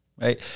right